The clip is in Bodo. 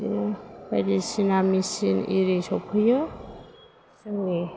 बिदिनो बायदिसिना मेसिन एरि सफैयो जोंनि